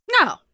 No